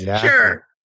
sure